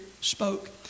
spoke